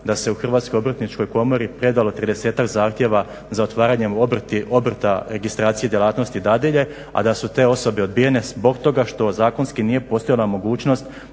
da se u Hrvatskoj obrtničkoj komori predalo 30-tak zahtjeva za otvaranjem obrta registracije djelatnosti dadilje, a da su te osobe odbijene zbog toga što zakonski nije postojala mogućnost